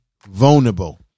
vulnerable